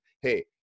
Hey